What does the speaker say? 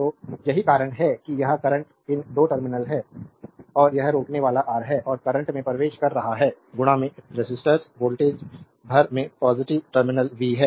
तो यही कारण है कि यह करंट इन 2 टर्मिनल है और यह रोकनेवाला आर है और करंट में प्रवेश कर रहा है रेसिस्टर्स वोल्टेज भर में पॉजिटिव टर्मिनल v है